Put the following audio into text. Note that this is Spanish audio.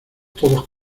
todos